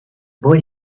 boy